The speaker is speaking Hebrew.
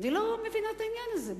אני לא מבינה את העניין הזה,